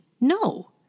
No